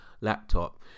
laptop